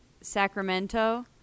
Sacramento